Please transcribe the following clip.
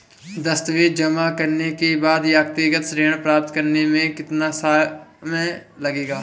दस्तावेज़ जमा करने के बाद व्यक्तिगत ऋण प्राप्त करने में कितना समय लगेगा?